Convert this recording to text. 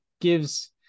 gives